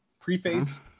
preface